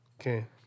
Okay